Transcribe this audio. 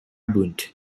bunt